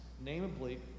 Namely